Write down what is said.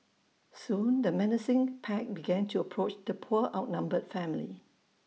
soon the menacing pack began to approach the poor outnumbered family